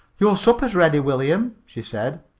your supper's ready, william, she said.